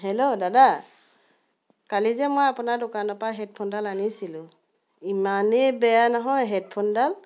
hello দাদা কালি যে মই আপোনাৰ দোকানৰ পৰা হেডফোনডাল আনিছিলোঁ ইমানেই বেয়া নহয় হেডফোনডাল